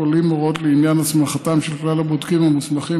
הכוללים הוראות לעניין הסמכתם של כלל הבודקים המוסמכים,